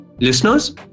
Listeners